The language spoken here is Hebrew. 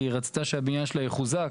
כי היא רצתה שהבניין שלה יחוזק,